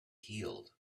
healed